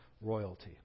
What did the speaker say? royalty